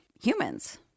humans